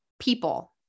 people